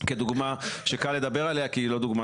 כדוגמה שקל לדבר עליה כי היא לא דוגמה